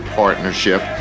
partnership